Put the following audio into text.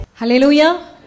Hallelujah